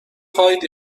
خوابید